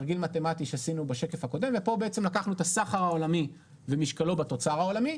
שעשינו בשקף הקודם ופה לקחנו את הסחר העולמי ומשקלו בתוצר העולמי,